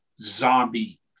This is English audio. zombie